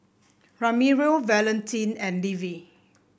Ramiro Valentin and Levy